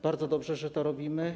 Bardzo dobrze, że to robimy.